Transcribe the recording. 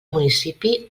municipi